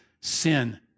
sin